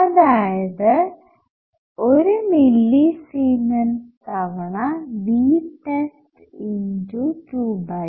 അതായത് 1 മില്ലിസീമെൻസ് തവണ Vtest23